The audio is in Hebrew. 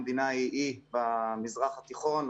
המדינה היא אי במזרח התיכון,